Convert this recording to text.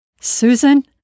Susan